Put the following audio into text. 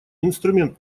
инструмент